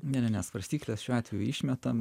ne ne ne svarstykles šiuo atveju išmetam